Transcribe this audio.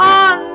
on